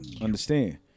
understand